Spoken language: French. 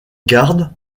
garde